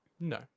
no